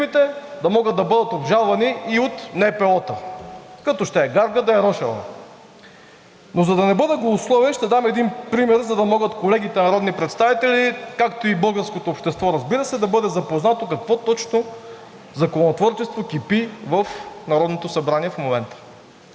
да могат да бъдат обжалвани и от НПО-та. Като ще е гарга, да е рошава. Но за да не бъда голословен, ще дам един пример, за да могат колегите народни представители, както и българското общество, разбира се, да бъде запознато какво точно законотворчество кипи в Народното събрание в момента.